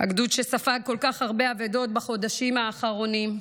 הגדוד שספג כל כך הרבה אבדות בחודשים האחרונים.